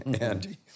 Andy